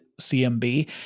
CMB